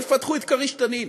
לא יפתחו את "כריש-תנין",